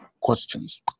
questions